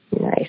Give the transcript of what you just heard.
Nice